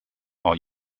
are